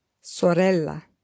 Sorella